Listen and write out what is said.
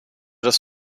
das